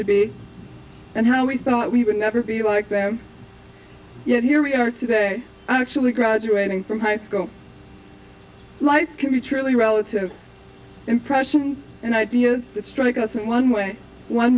to be and how we thought we would never be like them yet here we are today actually graduating from high school life can be truly relative impressions and ideas that strike us one way one